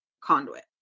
conduit